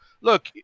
look